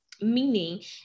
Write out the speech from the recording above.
meaning